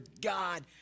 God